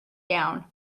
down